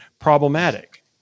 problematic